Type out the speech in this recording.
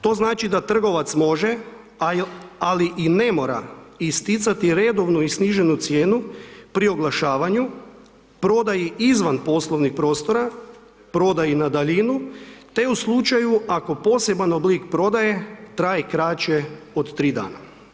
To znači da trgovac može, ali i ne mora isticati redovnu i sniženu cijenu pri oglašavanju, prodaji izvan poslovnih prostora, prodaji na daljinu, te u slučaju ako posebni oblik prodaje traje kraća od 3 dana.